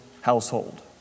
household